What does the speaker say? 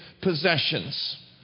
possessions